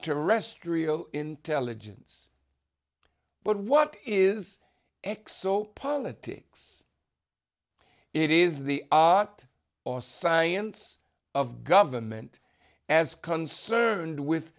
extraterrestrial intelligence but what is exo politics it is the not or science of government as concerned with